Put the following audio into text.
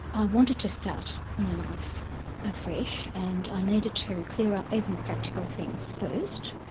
i wanted to start my life afresh and i needed to clear up even practical things first.